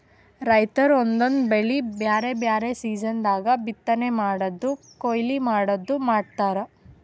ರೈತರ್ ಒಂದೊಂದ್ ಬೆಳಿ ಬ್ಯಾರೆ ಬ್ಯಾರೆ ಸೀಸನ್ ದಾಗ್ ಬಿತ್ತನೆ ಮಾಡದು ಕೊಯ್ಲಿ ಮಾಡದು ಮಾಡ್ತಾರ್